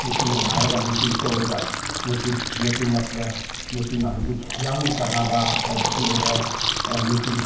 ꯃꯦꯆꯤꯟꯕꯨ ꯉꯥꯏꯔꯒ ꯃꯦꯆꯤꯟꯕꯨ ꯇꯧꯔꯒ ꯃꯦꯆꯤꯟ ꯃꯦꯆꯤꯟ ꯂꯥꯛꯄꯗ ꯃꯦꯆꯤꯟ ꯍꯧꯖꯤꯛ ꯌꯥꯝ ꯀꯥꯟꯅꯕ ꯍꯥꯏꯕꯁꯨ ꯂꯩꯔꯦ ꯑꯗ ꯃꯦꯆꯤꯟ